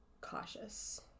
cautious